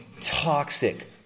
toxic